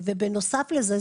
בנוסף לזה,